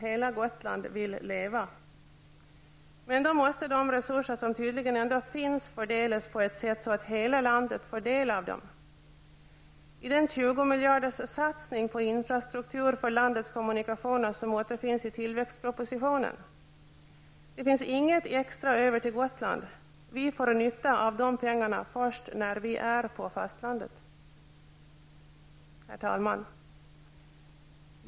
Hela Gotland vill leva, men då måste de resurser som tydligen ändå finns fördelas på ett sätt så att hela landet får del av dessa. I den 20 miljarderssatsning på infrastruktur för landets kommunikationer som återfinns i tillväxtpropositionen finns inget extra över till Gotland. Vi får nytta av de pengarna först när vi kommer till fastlandet. Herr talman!